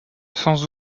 sans